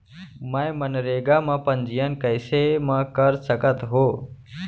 मैं मनरेगा म पंजीयन कैसे म कर सकत हो?